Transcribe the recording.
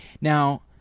Now